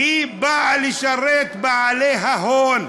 והיא באה לשרת את בעלי ההון.